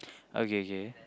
okay K